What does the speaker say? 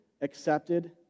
accepted